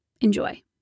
Enjoy